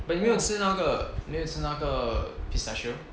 but 你没有吃那个吃那个 pistachio